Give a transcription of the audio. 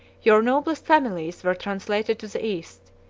your noblest families were translated to the east,